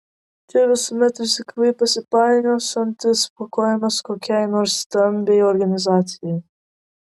čia visuomet rizikavai pasipainiosiantis po kojomis kokiai nors stambiai organizacijai